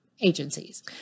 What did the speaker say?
agencies